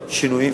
שינויים,